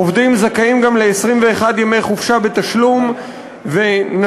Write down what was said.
עובדים זכאים גם ל-21 ימי חופשה בתשלום ונשים